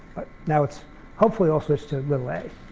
now it's hopefully all switched to little a.